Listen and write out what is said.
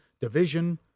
division